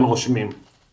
בחינת יהדות או אישור